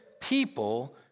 people